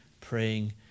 Praying